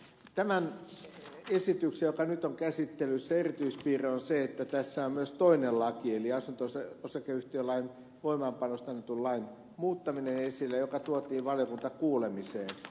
tämän esityksen joka nyt on käsittelyssä erityispiirre on se että tässä esillä on myös toinen laki eli asunto osakeyhtiölain voimaanpanosta annetun lain muuttaminen joka tuotiin valiokuntakuulemiseen